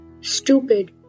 stupid